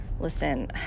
listen